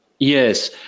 Yes